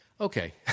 okay